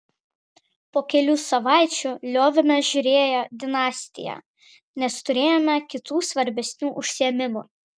po kelių savaičių liovėmės žiūrėję dinastiją nes turėjome kitų svarbesnių užsiėmimų